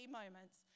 moments